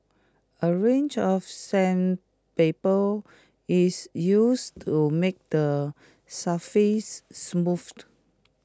A range of sandpaper is used to make the surface smoothed